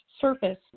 surface